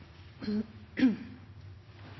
ho